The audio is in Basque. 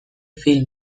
film